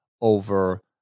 over